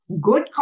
good